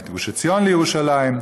את גוש עציון לירושלים.